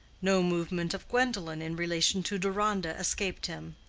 no movement of gwendolen in relation to deronda escaped him.